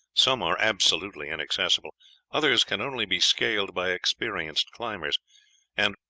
some are absolutely inaccessible others can only be scaled by experienced climbers and,